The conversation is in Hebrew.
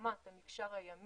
והקמת המקשר הימי